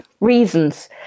reasons